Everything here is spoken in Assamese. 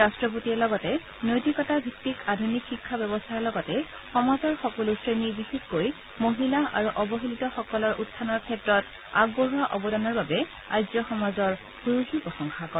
ৰাট্টপতিয়ে লগতে নৈতিকতা ভিত্তিত আধুনিক শিক্ষা ব্যৱস্থাৰ লগতে সমাজৰ সকলো শ্ৰেণী বিশেষকৈ মহিলা আৰু অৱহেলিত সকলৰ উত্থানৰ ক্ষেত্ৰত আগবঢ়োৱা অবদানৰ বাবে আৰ্য্য সমাজৰ ভূয়সী প্ৰশংসা কৰে